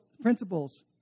principles